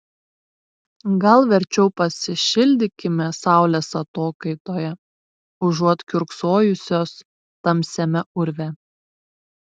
gal verčiau pasišildykime saulės atokaitoje užuot kiurksojusios tamsiame urve